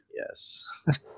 Yes